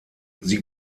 sie